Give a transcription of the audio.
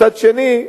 מצד שני,